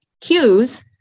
cues